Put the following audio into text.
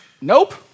Nope